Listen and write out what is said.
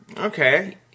Okay